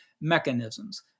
mechanisms